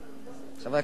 חבר הכנסת צרצור.